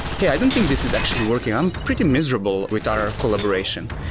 yeah, i don't think this is actually working. i'm pretty miserable with our collaboration.